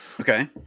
Okay